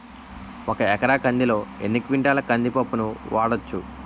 ఒక ఎకర కందిలో ఎన్ని క్వింటాల కంది పప్పును వాడచ్చు?